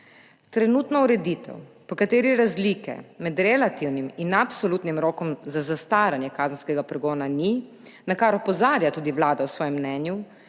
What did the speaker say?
Trenutna ureditev, po kateri razlike med relativnim in absolutnim rokom za zastaranje kazenskega pregona ni, na kar opozarja tudi Vlada v svojem mnenju,